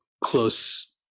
close